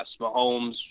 Mahomes